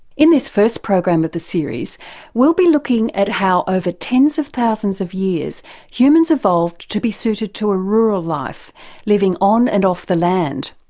in this first program of but the series we'll be looking at how over tens of thousands of years humans evolved to be suited to a rural life living on and off the land.